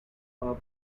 are